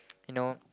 you know